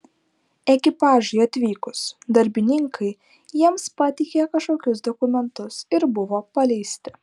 ekipažui atvykus darbininkai jiems pateikė kažkokius dokumentus ir buvo paleisti